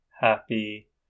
happy